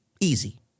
Easy